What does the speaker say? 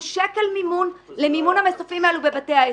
שקל אחד למימון המסופים האלו בבתי העסק.